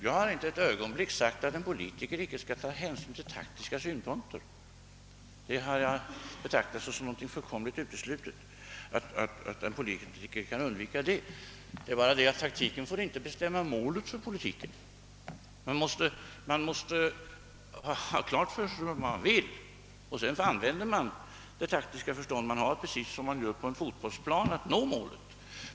Jag har alls inte sagt att en politiker icke skall ta hänsyn till taktiska synpunkter. Jag har betraktat som någonting fullkomligt uteslutet att en politiker kan undvika det. Taktiken får emellertid inte bestämma målet för politiken. Man måste ha klart för sig vad man vill, och sedan använder man det taktiska förstånd man har — precis som man gör på en fotbollsplan — att nå målet.